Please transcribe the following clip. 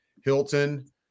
Hilton